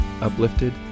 uplifted